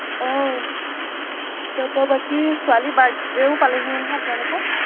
অঁ তাৰপৰা বাকী ছোৱালী বাৰ্থ ডে'ও পালেহিয়েই নহয় আপোনালোকৰ